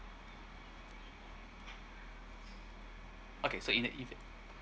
okay so in the event